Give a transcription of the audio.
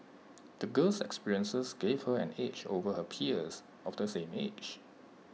the girl's experiences gave her an edge over her peers of the same age